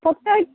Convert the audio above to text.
फक्त एक